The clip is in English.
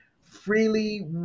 freely